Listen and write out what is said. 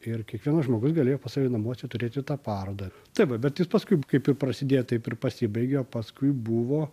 ir kiekvienas žmogus galėjo pas save namuose turėti tą parodą tai va bet jis paskui kaip ir prasidėjo taip ir pasibaigė o paskui buvo